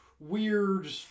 weird